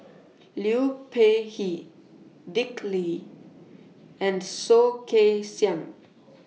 Liu Peihe Dick Lee and Soh Kay Siang